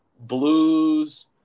blues